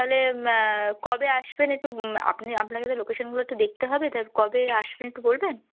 তাহলে কবে আসবেন একটু আপনি আপনাকে তাহলে লোকেশানগুলো একটু দেখতে হবে তা কবে আসবেন একটু বলবেন